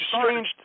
strange